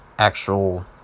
actual